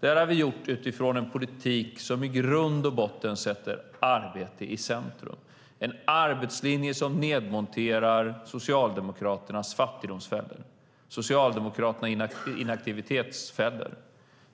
Det har vi gjort utifrån en politik som i grund och botten sätter arbete i centrum, en arbetslinje som nedmonterar Socialdemokraternas fattigdomsfällor, Socialdemokraternas inaktivitetsfällor